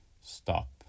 stop